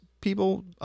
people